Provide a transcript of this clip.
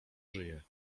żyje